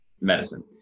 medicine